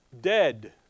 Dead